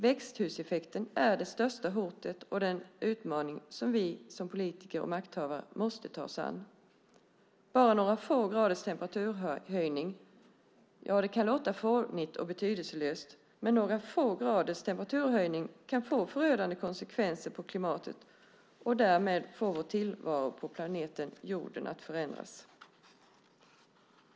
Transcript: Växthuseffekten är det största hot och den största utmaning som vi politiker och makthavare måste ta oss an. Det kan låta fånigt och betydelselöst. Men bara några få graders temperaturhöjning kan få förödande konsekvenser på klimatet och därmed få vår tillvaro på planeten jorden att förändras.